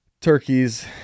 turkeys